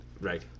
Right